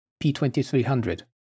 P2300